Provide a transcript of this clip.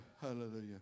Hallelujah